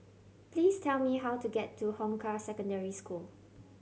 please tell me how to get to Hong Kah Secondary School